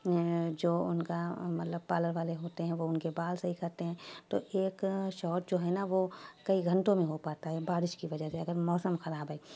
جو ان کا مطلب پالر والے ہوتے ہیں وہ ان کے بال سہی کرتے ہیں تو ایک شاٹ جو ہے نا وہ کئی گھنٹوں میں ہو پاتا ہے بارش کی وجہ سے اگر موسم خراب ہے